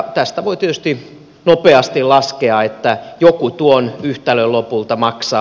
tästä voi tietysti nopeasti laskea että joku tuon yhtälön lopulta maksaa